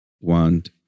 want